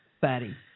buddy